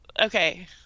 Okay